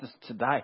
today